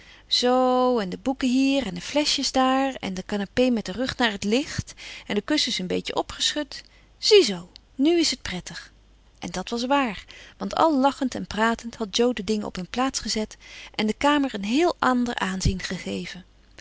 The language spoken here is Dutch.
zoo en de boeken hier en de fleschjes daar en je canapé met den rug naar het licht en de kussens een beetje opgeschud ziezoo nu is het prettig en dat was waar want al lachend en pratend had jo de dingen op hun plaats gezet en de kamer een heel ander aanzien gegeven